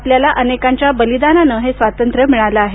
आपल्याला अनेकांच्या बलिदानानं हे स्वातंत्र्य मिळालं आहे